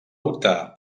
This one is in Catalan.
optar